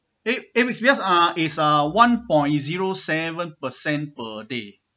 eight eight weeks because uh is uh one point zero seven per cent per day